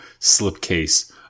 slipcase